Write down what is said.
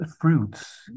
fruits